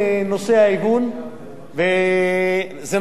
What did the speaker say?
זה נכון שכל אלה שפרשו לפני 1985,